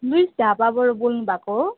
Louis ढाबाबाट बोल्नुभएको हो